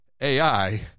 AI